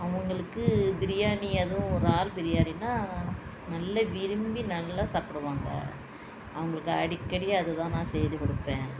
அவங்களுக்கு பிரியாணி அதுவும் இறால் பிரியாணினால் நல்லா விரும்பி நல்லா சாப்பிடுவாங்க அவங்குளுக்கு அடிக்கடி அதுதான் நான் செய்து கொடுப்பேன்